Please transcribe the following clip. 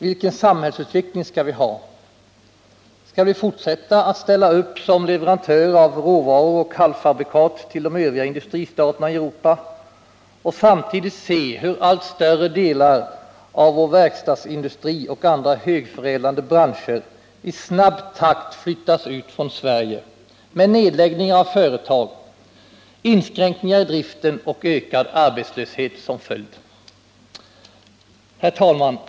Vilken samhällsutveckling skall vi ha? Skall vi fortsätta att ställa upp som leverantör av råvaror och halvfabrikat till de övriga industristaterna i Europa och samtidigt se hur allt större delar av vår verkstadsindustri och andra högförädlande branscher i snabb takt flyttas ut från Sverige med nedläggningar av företag, inskränkningar i driften och ökad arbetslöshet som följd? Herr talman!